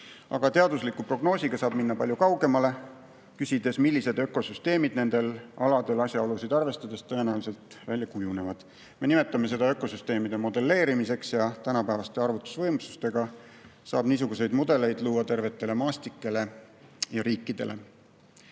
Aga teadusliku prognoosiga saab minna palju kaugemale, küsides, millised ökosüsteemid nendel aladel asjaolusid arvestades tõenäoliselt välja kujunevad. Me nimetame seda ökosüsteemide modelleerimiseks ja tänapäevaste arvutusvõimsustega saab niisuguseid mudeleid luua tervetele maastikele ja riikidele. Esimene